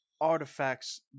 artifacts